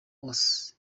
osee